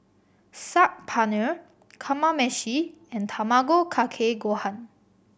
Saag Paneer Kamameshi and Tamago Kake Gohan